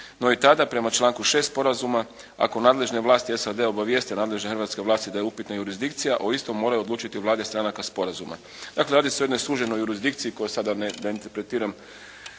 No i tada, prema članku 6. sporazuma ako nadležne vlasti SAD-a obavijeste nadležne hrvatski vlasti da je upitna jurisdikcija, o istom moraju odlučiti vlade stranaka sporazuma. Dakle, radi se o jednoj suženoj jurisdikciji koja, sada da ne interpretiram